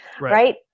right